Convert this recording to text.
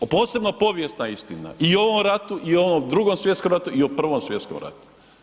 Posebno povijesna istina i o ovom ratu, i ovom Drugom svjetskom ratu i o Prvom svjetskom ratu.